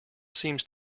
seems